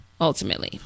Ultimately